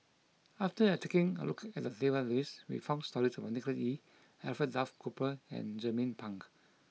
after taking a look at the database we found stories about Nicholas Ee Alfred Duff Cooper and Jernnine Pang